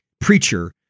preacher